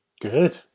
Good